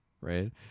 right